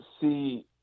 see